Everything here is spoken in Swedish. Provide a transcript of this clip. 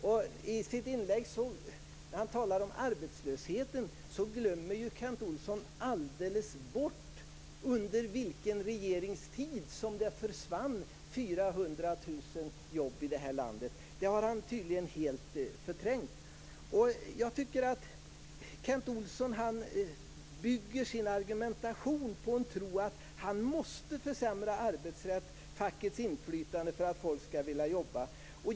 När Kent Olsson talar om arbetslösheten i sitt inlägg glömmer han alldeles bort under vilken regerings tid som 400 000 jobb försvann i detta land. Det har han tydligen helt förträngt. Kent Olsson bygger sin argumentation på tron att man måste försämra arbetsrätten och fackets inflytande för att folk skall vilja jobba.